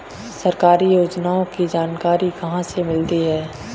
सरकारी योजनाओं की जानकारी कहाँ से मिलती है?